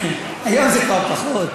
היום זה כבר פחות.